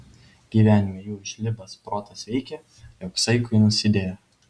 gyvenime jų žlibas protas veikė jog saikui nusidėjo